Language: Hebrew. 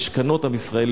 למשכנות עם ישראל,